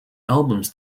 albums